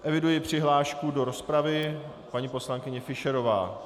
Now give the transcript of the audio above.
Eviduji přihlášku do rozpravy paní poslankyně Fischerová.